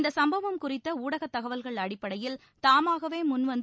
இந்த சம்பவம் குறித்த ஊடக தகவல்கள் அடிப்படையில் தாமாகவே முன்வந்து